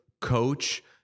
coach